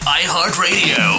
iHeartRadio